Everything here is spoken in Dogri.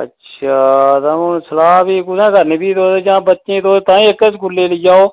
अच्छा तां हून सलाह् फ्ही कु'त्थैं करनी फ्ही तुस जां बच्चें तुस ताईं एह्के स्कूलै लेई आओ